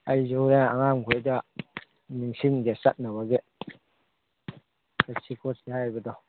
ꯑꯩꯁꯨꯅꯦ ꯑꯉꯥꯡꯃꯈꯩꯏꯗ ꯅꯤꯡꯁꯤꯡꯒꯦ ꯆꯠꯅꯕꯒꯤ ꯆꯠꯁꯤ ꯈꯣꯠꯁꯤ ꯍꯥꯏꯕꯗꯣ